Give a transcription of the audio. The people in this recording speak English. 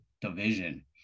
division